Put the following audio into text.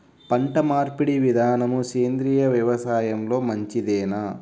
పంటమార్పిడి విధానము సేంద్రియ వ్యవసాయంలో మంచిదేనా?